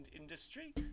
industry